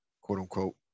quote-unquote